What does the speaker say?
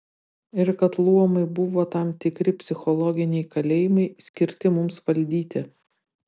ir kad luomai buvo tam tikri psichologiniai kalėjimai skirti mums valdyti